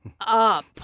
up